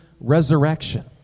resurrection